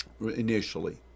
Initially